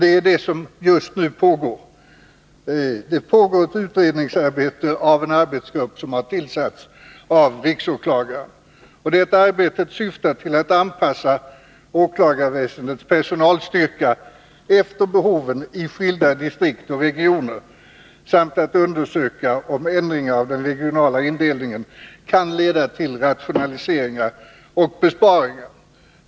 Ett sådant utredningsarbete pågår just nu av en arbetsgrupp som har tillsatts av riksåklagaren. Detta utredningsarbete syftar till att anpassa åklagarväsendets personalstyrka efter behoven i skilda distrikt och regioner samt att undersöka om ändringar av den regionala indelningen kan leda till rationaliseringar och besparingar.